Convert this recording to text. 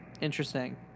interesting